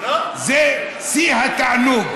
זה שיא התענוג.